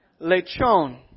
Lechon